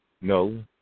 no